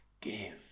give